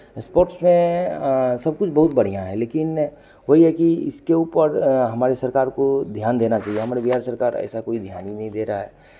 sports में सब कुछ बहुत बढ़ियाँ है लेकिन वही है कि इसके ऊपर हमारे सरकार को ध्यान देना चाहिए हमारे बिहार सरकार ऐसा कोई ध्यान नहीं दे रहा है